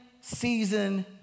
season